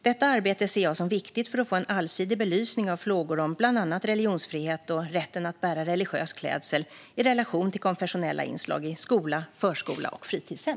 Detta arbete ser jag som viktigt för att få en allsidig belysning av frågor om bland annat religionsfrihet och rätten att bära religiös klädsel i relation till konfessionella inslag i skola, förskola och fritidshem.